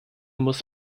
muss